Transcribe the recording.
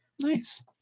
Nice